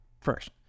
first